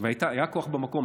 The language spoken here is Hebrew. והיה כוח במקום,